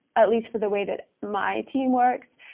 at least for the way that my team works,